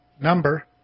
number